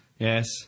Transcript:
Yes